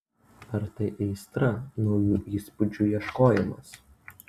ar tai aistra naujų įspūdžių ieškojimas